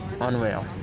Unreal